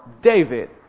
David